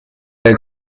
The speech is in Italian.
del